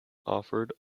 offered